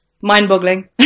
mind-boggling